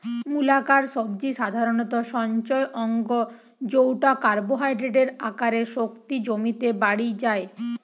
মূলাকার সবজি সাধারণত সঞ্চয় অঙ্গ জউটা কার্বোহাইড্রেটের আকারে শক্তি জমিতে বাড়ি যায়